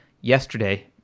yesterday